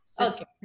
Okay